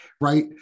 right